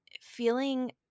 feeling